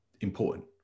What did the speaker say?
important